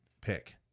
pick